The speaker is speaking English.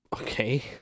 Okay